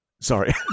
Sorry